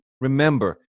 Remember